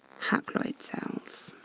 haploid cells.